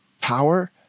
power